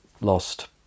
lost